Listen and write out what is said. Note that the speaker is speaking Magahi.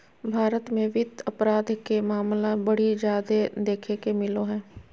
भारत मे वित्त अपराध के मामला बड़ी जादे देखे ले मिलो हय